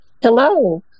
Hello